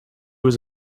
was